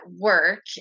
work